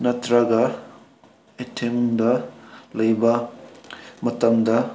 ꯅꯠꯇ꯭ꯔꯒ ꯏꯊꯟꯗ ꯂꯩꯕ ꯃꯇꯝꯗ